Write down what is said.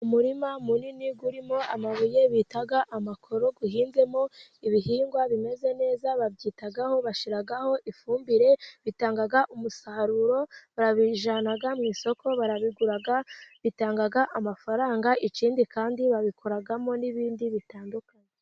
Umurima munini urimo amabuye bita amakoro hahigwamo ibihingwa bimeze neza, babyitaho bashiraho ifumbire bitanga umusaruro, barabijyana mu isoko bakabigura bitanga amafaranga ikindi kandi babikoramo n'ibindi bitandukanye.